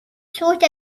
sort